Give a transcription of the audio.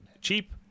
cheap